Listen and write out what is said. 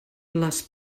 les